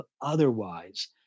otherwise